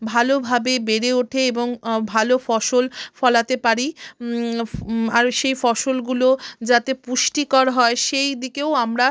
ভালোভাবে বেড়ে ওঠে এবং ভালো ফসল ফলাতে পারি ফ্ আরও সেই ফসলগুলো যাতে পুষ্টিকর হয় সেই দিকেও আমরা